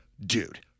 dude